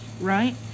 right